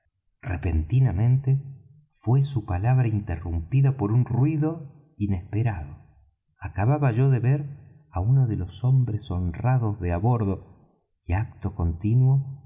repentinamente fué su palabra interrumpida por un ruido inesperado acababa yo de ver á unos de los hombres honrados de á bordo y acto continuo